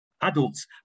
Adults